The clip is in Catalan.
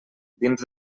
dins